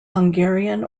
hungarian